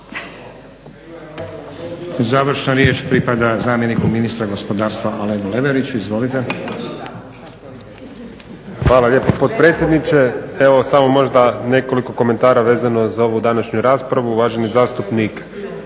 Završna riječ pripada zamjeniku ministra gospodarstva Alenu Leveriću. Izvolite. **Leverić, Alen** Hvala lijepo potpredsjedniče. Evo samo možda nekoliko komentara vezano za ovu današnju raspravu. … /Buka